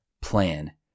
plan